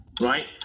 right